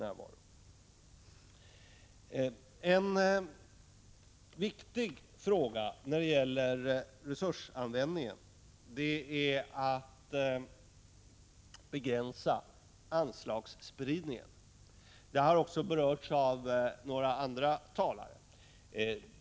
Något som är viktigt när det gäller resursanvändningen är att begränsa anslagsspridningen. Det har berörts också av några andra talare.